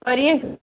परींहं